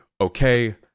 okay